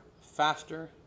faster